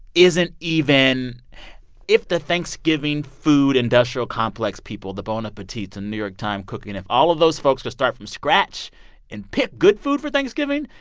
isn't even if the thanksgiving food industrial complex people the bon appetit, the new york times cooking if all of those folks to start from scratch and pick good food for thanksgiving,